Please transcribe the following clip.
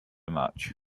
much